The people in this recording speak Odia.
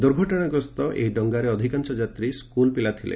ଦୁର୍ଘଟଣା ଗସ୍ତ ଏହି ଡଙ୍ଗାରେ ଅଧିକାଂଶ ଯାତ୍ରୀ ସ୍କୁଲ ପିଲା ଥିଲେ